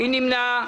מי נמנע?